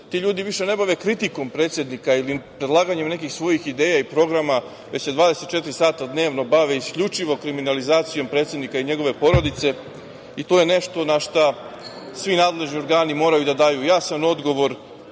ti ljudi više ne bave kritikom predsednika ili predlaganjem nekih svojih ideja i programa, već se bave 24 sata dnevno isključivo kriminalizacijom predsednika i njegove porodice. I to je nešto na šta svi nadležni organi moraju da daju jasan odgovor